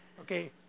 Okay